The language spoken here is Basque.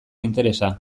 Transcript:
interesa